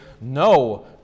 no